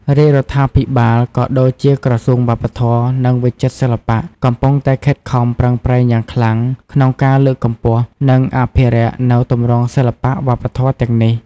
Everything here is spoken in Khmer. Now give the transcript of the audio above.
រាជរដ្ឋាភិបាល ក៏ដូចជាក្រសួងវប្បធម៌ និងវិចិត្រសិល្បៈ កំពុងតែខិតខំប្រឹងប្រែងយ៉ាងខ្លាំងក្នុងការលើកកម្ពស់ និងអភិរក្សនូវទម្រង់សិល្បៈវប្បធម៌ទាំងនេះ។